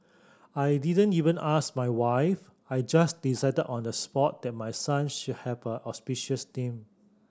I didn't even ask my wife I just decided on the spot that my son should have auspicious name